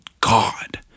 God